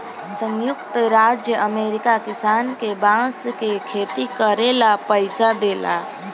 संयुक्त राज्य अमेरिका किसान के बांस के खेती करे ला पइसा देला